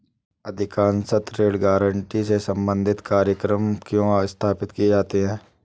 अधिकांशतः ऋण गारंटी से संबंधित कार्यक्रम क्यों स्थापित किए जाते हैं?